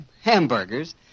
hamburgers